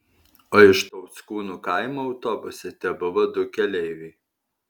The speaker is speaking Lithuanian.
o iš tauckūnų kaimo autobuse tebuvo du keleiviai